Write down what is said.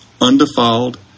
undefiled